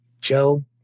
Joe